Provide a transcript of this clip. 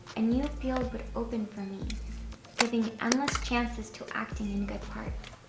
a new field would open for me giving endless chances to acting in good parts.